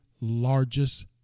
largest